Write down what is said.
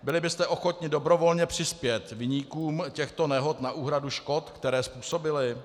Byli byste ochotni dobrovolně přispět viníkům těchto nehod na úhradu škod, které způsobili?